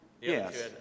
Yes